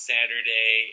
Saturday